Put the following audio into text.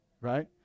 right